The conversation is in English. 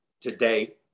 today